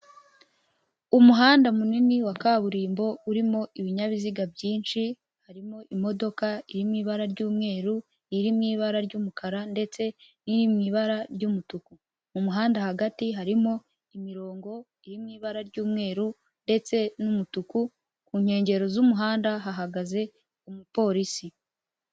Umuhanda munini wa kaburimbo urimo ibinyabiziga byinshi, harimo imodoka iri mu ibara ry'umweru, iri mu ibara ry'umukara ndetse n'iri mu ibara ry'umutuku, mu muhanda hagati harimo imirongo iri mu ibara ry'umweru ndetse n'umutuku, ku nkengero z'umuhanda hahagaze umupolisi.